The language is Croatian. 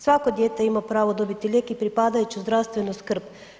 Svako dijete ima pravo dobiti lijek i pripadajuću zdravstvenu skrb.